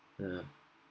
err